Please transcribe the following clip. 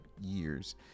years